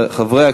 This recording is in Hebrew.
מס' 3085 ו-3113,